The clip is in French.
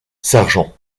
sargent